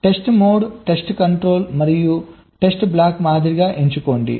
test mode test control మరియు test block మాదిరిగానే ఎంచుకోండి